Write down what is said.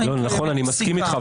אני מסכים איתך,